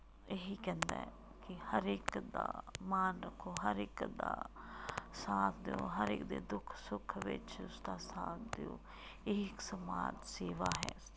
ਇਹੀ ਕਹਿੰਦਾ ਕਿ ਹਰ ਇੱਕ ਦਾ ਮਾਣ ਰੱਖੋ ਹਰ ਇੱਕ ਦਾ ਸਾਥ ਦਿਓ ਹਰ ਇੱਕ ਦੇ ਦੁੱਖ ਸੁੱਖ ਵਿੱਚ ਉਸਦਾ ਸਾਥ ਦਿਓ ਇਹ ਇੱਕ ਸਮਾਜ ਸੇਵਾ ਹੈ